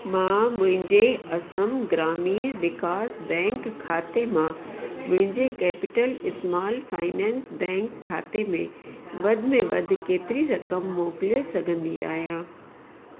मां मुंहिंजे असम ग्रामीण विकास बैंक खाते मां मुंहिंजे केपिटल इस्तेमालु फाइनेंस बैंक खाते में वधि में वधि केतिरी रक़म मोकिले सघंदी आहियां